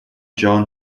john